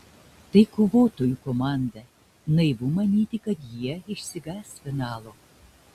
tai kovotojų komanda naivu manyti kad jie išsigąs finalo